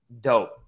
dope